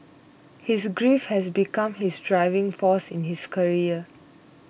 his grief had become his driving force in his career